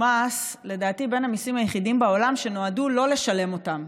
הוא מס בין המיסים היחידים בעולם שנועדו לא לשלם אותם,